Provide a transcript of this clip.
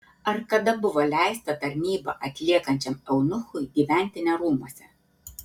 ar kada buvo leista tarnybą atliekančiam eunuchui gyventi ne rūmuose